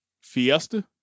Fiesta